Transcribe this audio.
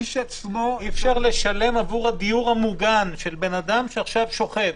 אי-אפשר לשלם עבור הדיור המוגן של בן אדם שעכשיו שוכב.